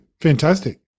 Fantastic